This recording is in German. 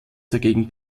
dagegen